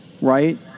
right